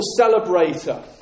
celebrator